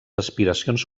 aspiracions